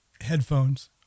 headphones